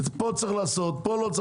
פה צריך לעשות, פה לא.